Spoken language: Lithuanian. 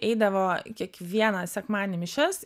eidavo kiekvieną sekmadienį į mišias